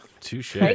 Touche